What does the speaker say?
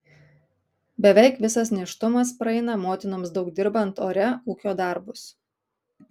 beveik visas nėštumas praeina motinoms daug dirbant ore ūkio darbus